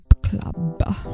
club